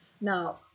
Now